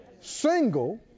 single